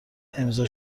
امضا